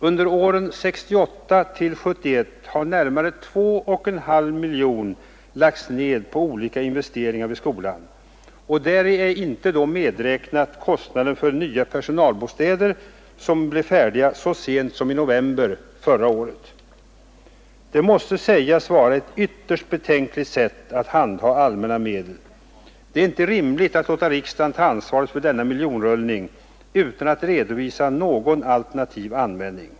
Under åren 1968 till 1971 har närmare 2,5 miljoner kronor lagts ned på olika investeringar vid skolan, och däri är då inte medräknat kostnader för nya personalbostäder, som blev färdiga så sent som i november förra året. Detta måste sägas vara ett ytterst betänkligt sätt att handha allmänna medel. Det är inte rimligt att låta riksdagen ta ansvaret för denna miljonrullning utan att redovisa någon alternativ användning.